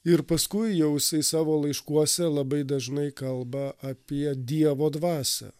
ir paskui jau jisai savo laiškuose labai dažnai kalba apie dievo dvasią